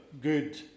good